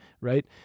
right